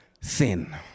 sin